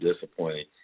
disappointing